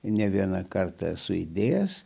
ne vieną kartą esu įdėjęs